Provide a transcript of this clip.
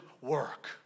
work